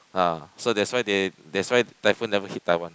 ah so that's why they that's why the typhoon never hit Taiwan